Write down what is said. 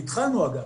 התחלנו אגב,